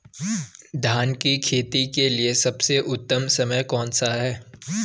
धान की खेती के लिए सबसे उत्तम समय कौनसा है?